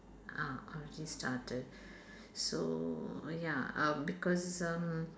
ah already started so oh ya uh because um